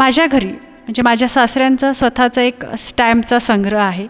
माझ्या घरी म्हणजे माझ्या सासऱ्यांचं स्वतःचं एक स्टॅम्पचा संग्रह आहे